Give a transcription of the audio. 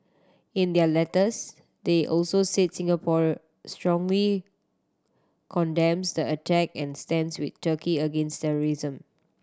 in their letters they also said Singapore strongly condemns the attack and stands with Turkey against terrorism